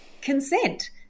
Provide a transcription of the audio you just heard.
consent